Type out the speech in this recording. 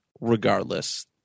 regardless